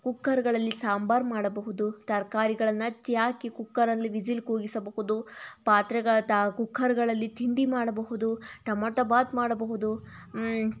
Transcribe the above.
ಕುಕ್ಕರ್ಗಳಲ್ಲಿ ಸಾಂಬಾರು ಮಾಡಬಹುದು ತರಕಾರಿಗಳನ್ನು ಹಚ್ಚಿ ಹಾಕಿ ಕುಕ್ಕರಲ್ಲಿ ವಿಸಿಲ್ ಕೂಗಿಸಬಹುದು ಪಾತ್ರೆಗಳ ತಾ ಕುಕ್ಕರ್ಗಳಲ್ಲಿ ತಿಂಡಿ ಮಾಡಬಹುದು ಟೊಮಾಟೋಬಾತ್ ಮಾಡಬಹುದು